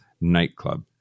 nightclub